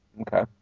Okay